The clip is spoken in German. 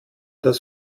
das